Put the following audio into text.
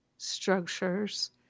Structures